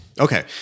Okay